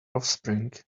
offspring